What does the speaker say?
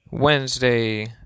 Wednesday